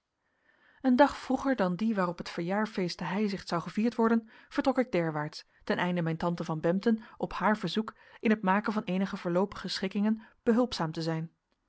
een dag vroeger dan dien waarop het verjaarfeest te heizicht zou gevierd worden vertrok ik derwaarts ten einde mijn tante van bempden op haar verzoek in het maken van eenige voorloopige schikkingen behulpzaam te zijn